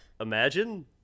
imagine